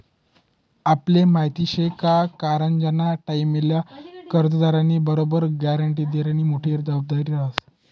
आपले माहिती शे का करजंना टाईमले कर्जदारनी बरोबर ग्यारंटीदारनी मोठी जबाबदारी रहास